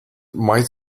might